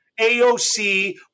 AOC